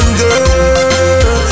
girl